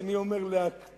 והשני אומר להקפיא.